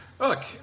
Look